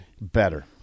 Better